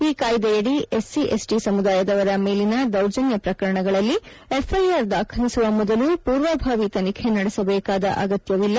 ಈ ಕಾಯ್ದೆಯಡಿ SC SC ಸಮುದಾಯದವರ ಮೇಲಿನ ದೌರ್ಜನ್ಯ ಪ್ರಕರಣಗಳಲ್ಲಿ ಎಫ್ಐಆರ್ ದಾಖಲಿಸುವ ಮೊದಲು ಪೂರ್ವಭಾವಿತನಿಖೆ ನಡೆಸಬೇಕಾದ ಅಗತ್ಯವಿಲ್ಲ